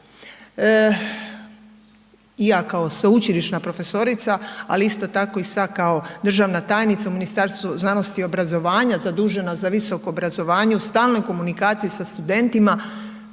Ja kao sveučilišna profesorica, ali isto tako i sad kao državna tajnica u Ministarstvu znanosti i obrazovanja zadužena za visoko obrazovanje u stalnoj komunikaciji sa studentima,